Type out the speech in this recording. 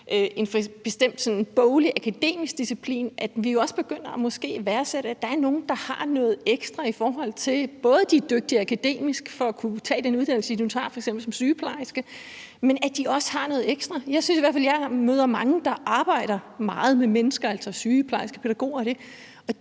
en bestemt boglig eller akademisk disciplin. Måske skal vi også begynde at værdsætte, at der er nogle, der har noget ekstra, fordi de både er akademisk dygtige, hvilket er nødvendigt for at kunne tage den uddannelse, de nu tager, f.eks. som sygeplejerske, men også har noget ekstra. Jeg synes i hvert fald, jeg møder mange, der arbejder meget med mennesker, altså sygeplejersker, pædagoger osv.,